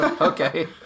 okay